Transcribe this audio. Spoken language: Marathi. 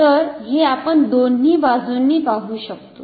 तर हे आपण दोन्ही बाजुंनी पाहु शकतो